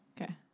Okay